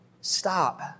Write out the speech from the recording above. stop